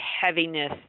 heaviness